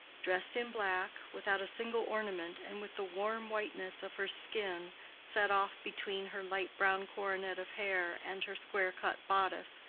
dressed in black, without a single ornament, and with the warm whiteness of her skin set off between her light-brown coronet of hair and her square-cut bodice,